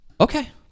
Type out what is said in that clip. Okay